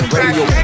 Radio